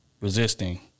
resisting